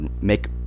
make